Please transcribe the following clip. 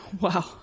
Wow